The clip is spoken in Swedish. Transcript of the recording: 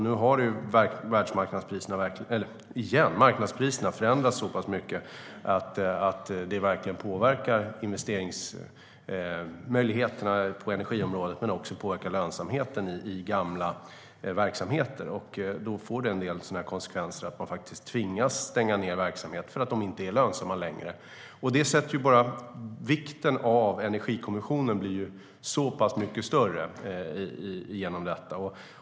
Nu har marknadspriserna förändrats så pass mycket att det verkligen påverkar investeringsmöjligheterna på energiområdet och också påverkar lönsamheten i gamla verksamheter. Det får en del sådana konsekvenser, vilket innebär att man tvingas stänga ned verksamheter för att de inte längre är lönsamma. Det visar betydelsen av Energikommissionen. Den blir ännu viktigare genom detta.